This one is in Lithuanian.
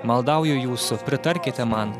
maldauju jūsų pritarkite man